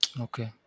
Okay